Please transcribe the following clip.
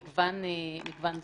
מגוון דברים.